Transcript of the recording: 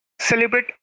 celebrate